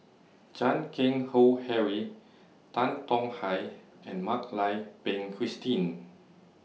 Chan Keng Howe Harry Tan Tong Hye and Mak Lai Peng Christine